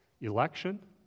election